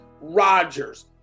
Rodgers